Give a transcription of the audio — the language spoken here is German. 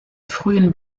frühen